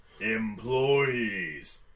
Employees